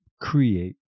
create